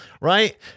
right